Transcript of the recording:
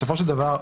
בסופו של דבר,